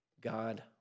God